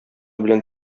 белән